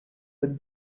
with